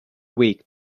weak